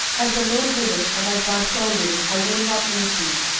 as the lord liveth, and as thy soul liveth, i will not leave thee.